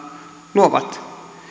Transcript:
luovat